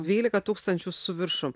dvylika tūkstančių su viršum